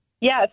Yes